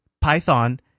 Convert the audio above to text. Python